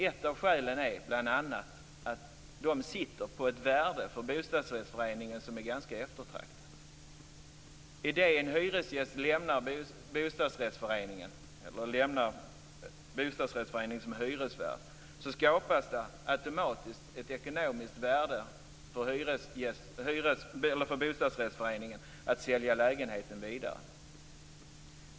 Ett av skälen är bl.a. att de sitter på ett värde för bostadsföreningen som är ganska eftertraktat. I och med att en hyresgäst lämnar bostadsrättsföreningen som hyresvärd skapas automatiskt ett ekonomiskt värde för bostadsrättsföreningen att sälja lägenheten vidare.